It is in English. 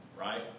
Right